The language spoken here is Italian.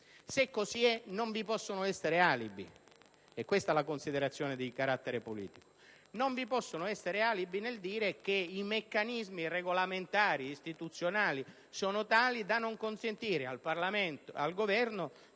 Se così è, non vi possono essere alibi - è questa la considerazione di carattere politico - nel dire che i meccanismi regolamentari istituzionali sono tali da non consentire al Governo